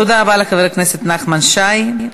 תודה רבה לחבר הכנסת נחמן שי.